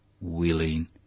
willing